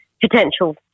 potential